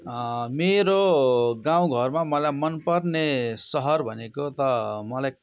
मेरो गाउँघरमा मलाई मनपर्ने सहर भनेको त मलाई